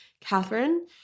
Catherine